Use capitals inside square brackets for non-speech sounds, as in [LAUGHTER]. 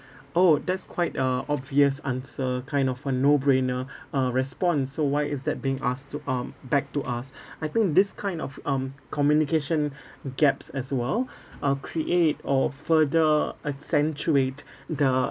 oh that's quite a obvious answer kind of a no brainer [BREATH] a response so why is that being asked um back to us [BREATH] I think this kind of um communication [BREATH] gaps as well [BREATH] uh create or further accentuate the